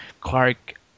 Clark